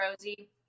Rosie